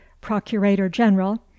procurator-general